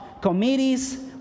committees